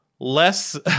Less